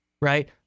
right